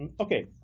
and okay,